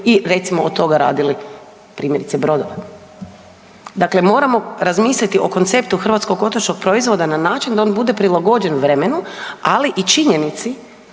i recimo, od toga radili primjerice, brodove. Dakle, moramo razmisliti o konceptu hrvatskog otočnog proizvoda na način da on bude prilagođen vremenu, ali i činjenici